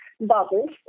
bubbles